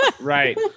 Right